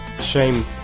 Shame